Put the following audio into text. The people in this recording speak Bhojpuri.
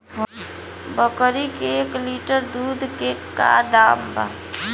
बकरी के एक लीटर दूध के का दाम बा?